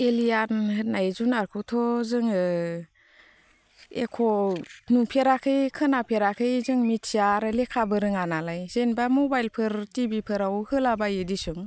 Allianz होननाय जुनादखोथ' जोङो एख' नुफेराखै खोनाफेराखै जों मिथिया आरो लेखाबो रोङा नालाय जेन'बा मबाइलफोर टि भि फोराव होलाबायो दिसुन